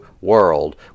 world